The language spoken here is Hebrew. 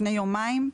לפני יומיים,